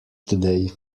today